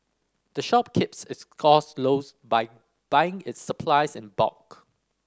the shop keeps its cost lows by buying its supplies in bulk